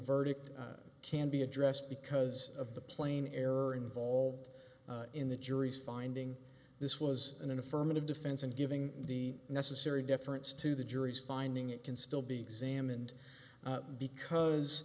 verdict can be addressed because of the plain error involved in the jury's finding this was an affirmative defense and giving the necessary deference to the jury's finding it can still be examined because